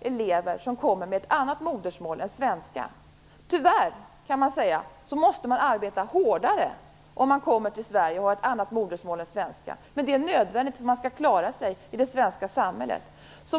elever med ett annat modersmål än svenska. Tyvärr måste den som kommer till Sverige och har ett annat modersmål än svenska arbeta hårdare, men det är nödvändigt för att man skall klara sig i det svenska samhället.